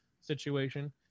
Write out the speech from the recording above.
situation